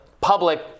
public